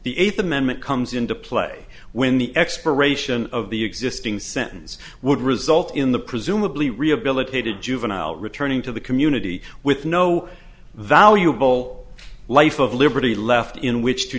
the eighth amendment comes into play when the expiration of the existing sentence would result in the presumably rehabilitated juvenile returning to the community with no valuable life of liberty left in which to